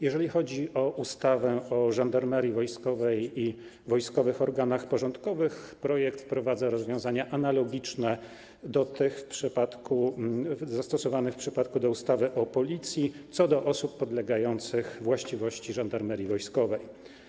Jeżeli chodzi o ustawę o Żandarmerii Wojskowej i wojskowych organach porządkowych, projekt wprowadza rozwiązania analogiczne do tych zastosowanych w przypadku ustawy o Policji co do osób podlegających właściwości Żandarmerii Wojskowej.